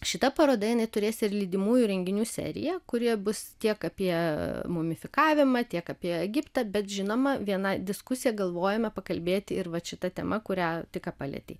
šita paroda jinai turės ir lydimųjų renginių seriją kurie bus tiek apie mumifikavimą tiek apie egiptą bet žinoma viena diskusija galvojame pakalbėti ir vat šita tema kurią tik ką palietei